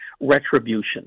retribution